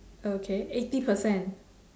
okay eighty percent